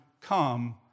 come